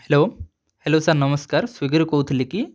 hello hello sir ନମସ୍କାର ସ୍ଵିଗୀରୁ କହୁଥିଲେ କି